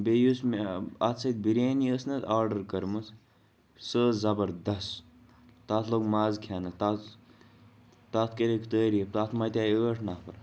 بیٚیہِ یُس مےٚ اَتھ سۭتۍ بِریانی ٲس نہٕ حظ آرڈر کٔرمٕژ سۄ ٲس زبردس تَتھ لوٚگ مَزٕ کھیٚنس تَتھ تَتھ کٔرِکھ تعاریف تَتھ مَتے ٲٹھ نَفر